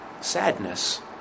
sadness